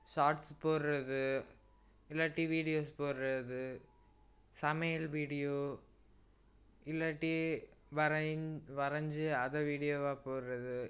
shorts போடுறது இல்லை TV news போடுறது சமையல் வீடியோ இல்லாட்டி வரையுங் வரைஞ்சி அதை வீடியோவாக போடுறது